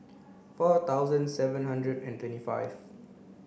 four thousand seven hundred and twenty five